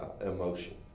emotion